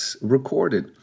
recorded